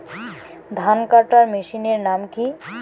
ধান কাটার মেশিনের নাম কি?